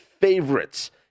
favorites